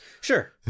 Sure